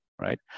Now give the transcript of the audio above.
right